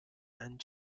and